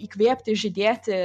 įkvėpti žydėti